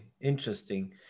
interesting